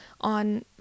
on